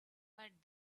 but